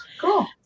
Cool